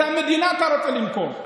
את המדינה אתה רוצה למכור,